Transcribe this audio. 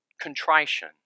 contrition